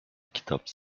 kitap